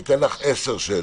אני אתן לך עשר שאלות.